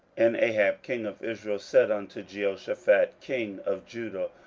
and ahab king of israel said unto jehoshaphat king of judah,